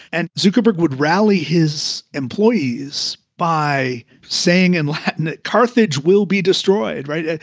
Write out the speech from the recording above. and zuckerberg would rally his employees by saying in latin, carthage will be destroyed. right.